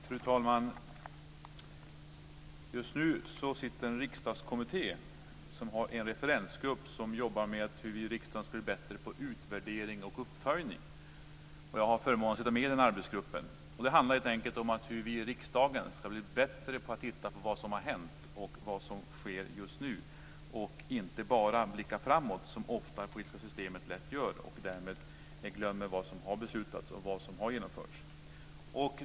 Fru talman! Just nu finns det en riksdagskommitté som har en referensgrupp som jobbar med hur vi i riksdagen ska bli bättre på utvärdering och uppföljning. Jag har förmånen att sitta med i den arbetsgruppen. Det handlar helt enkelt om hur vi i riksdagen ska bli bättre på att titta på vad som har hänt och vad som sker just nu, så att vi inte bara blickar framåt som man ofta lätt gör i det politiska systemet. Därmed glömmer man vad som har beslutats och vad som har genomförts.